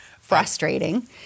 frustrating